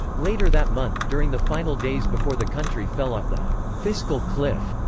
later that month, during the final days before the country fell off the fiscal cliff,